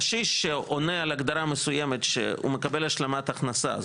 קשיש שעונה על הגדרה מסוימת שהוא מקבל השלמת הכנסה,